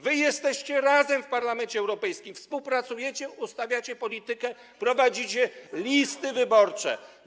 Wy jesteście razem w Parlamencie Europejskim, współpracujecie, ustawiacie politykę, prowadzicie listy wyborcze.